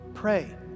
Pray